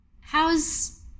how's